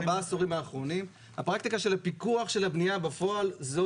ארבעה עשורים אחרונים הפרקטיקה של הפיקוח של הבנייה בפועל זו